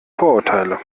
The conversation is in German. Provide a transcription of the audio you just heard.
vorurteile